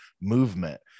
movement